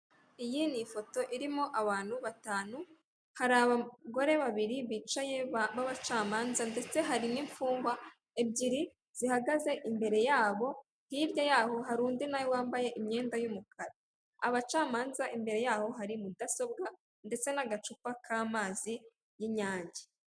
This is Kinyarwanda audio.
Iyi ni ifoto irimo abantu batanu hari abagore babiri bicaye b'abacamanza ndetse hari n'imfungwa ebyiri zihagaze imbere yabo, hirya yaho hari undi nawe wambaye imyenda y'umukara. Abacamanza imbere yaho hari mudasobwa ndetse n'agacupa k'amazi y'inyange.